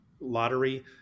lottery